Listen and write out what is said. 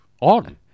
On